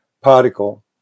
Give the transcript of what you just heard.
particle